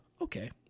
Okay